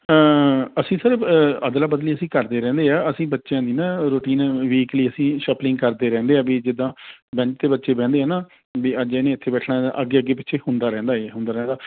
ਅਸੀਂ ਅਦਲਾ ਬਦਲੀ ਅਸੀਂ ਕਰਦੇ ਰਹਿੰਦੇ ਹਾਂ ਅਸੀਂ ਬੱਚਿਆਂ ਦੀ ਨਾ ਰੋਟੀਨ ਵੀਕਲੀ ਅਸੀਂ ਸ਼ਫਲਿੰਗ ਕਰਦੇ ਰਹਿੰਦੇ ਹਾਂ ਵੀ ਜਿੱਦਾਂ ਬੈਂਚ 'ਤੇ ਬੱਚੇ ਬਹਿੰਦੇ ਹੈ ਨਾ ਵੀ ਅੱਜ ਇਹਨੇ ਇੱਥੇ ਬੈਠਣਾ ਅੱਗੇ ਅੱਗੇ ਪਿੱਛੇ ਹੁੰਦਾ ਰਹਿੰਦਾ ਹੈ ਹੁੰਦਾ ਰਹਿੰਦਾ